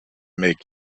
make